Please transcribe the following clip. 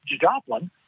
Joplin